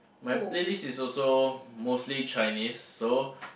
my playlist is also mostly Chinese so